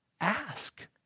Ask